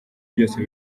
byose